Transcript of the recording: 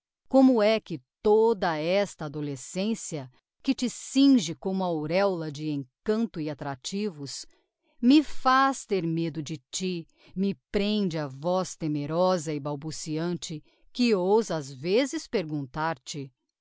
como é que toda esta adolescencia que te cinge como auréola de encanto e attractivos me faz ter medo de ti me prende a voz temerosa e balbuciante que ousa ás vezes perguntar te